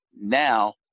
Now